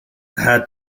had